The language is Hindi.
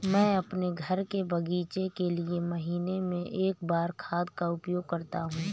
मैं अपने घर के बगीचे के लिए महीने में एक बार खाद का उपयोग करता हूँ